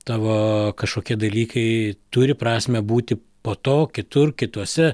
tavo kažkokie dalykai turi prasmę būti po to kitur kituose